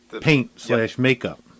paint-slash-makeup